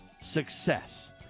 success